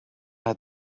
had